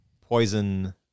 poison